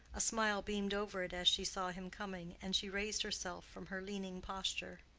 a smile beamed over it as she saw him coming, and she raised herself from her leaning posture.